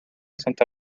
santa